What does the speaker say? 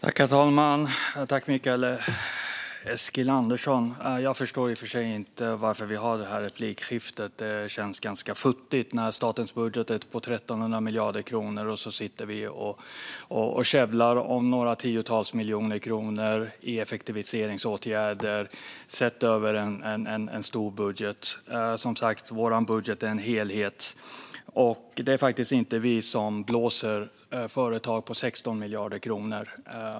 Herr talman! Jag tackar Mikael Eskilandersson, men jag förstår i och för sig inte varför vi har det här replikskiftet. Det känns ganska futtigt när statens budget är på 1 300 miljarder kronor att vi käbblar om något tiotal miljoner kronor i effektiviseringsåtgärder sett över en stor budget. Vår budget är som sagt en helhet, och det är faktiskt inte vi som blåser företag på 16 miljarder kronor.